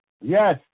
Yes